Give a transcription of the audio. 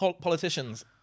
politicians